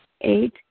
Eight